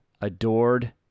adored